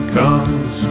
comes